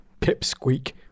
pipsqueak